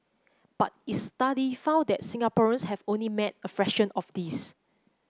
but its study found that Singaporeans have only met a fraction of this